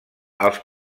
els